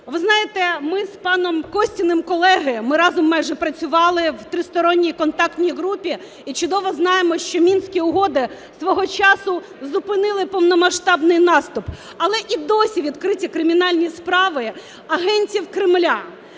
Ви знаєте, ми з паном Костіним колеги, ми разом майже працювали в Тристоронній контактній групі і чудово знаємо, що Мінські угоди свого часу зупинили повномасштабний наступ, але і досі відкриті кримінальні справи агентів Кремля,